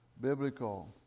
biblical